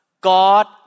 God